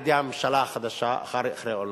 על-ידי הממשלה החדשה אחרי אולמרט,